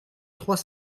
trois